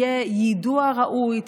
יהיה יידוע ראוי,